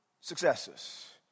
successes